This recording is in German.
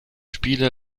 spiele